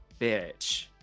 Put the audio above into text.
bitch